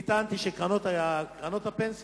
אני טענתי שקרנות הפנסיה